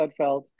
Sudfeld